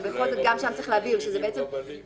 אבל בכל זאת גם שם צריך להבהיר שזה בעצם ניסיון